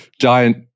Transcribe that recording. giant